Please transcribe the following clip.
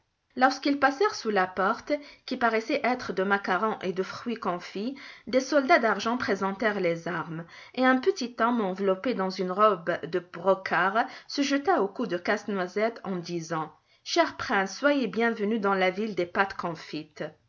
lorsqu'ils passèrent sous la porte qui paraissait être de macarons et de fruits confits des soldats d'argent présentèrent les armes et un petit homme enveloppé dans une robe de brocart se jeta au cou de casse-noisette en disant cher prince soyez bienvenu dans la ville des pâtes confites